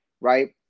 right